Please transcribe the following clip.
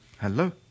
Hello